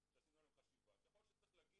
שעשינו עליהם חשיבה שיכול להיות שצריך להגיד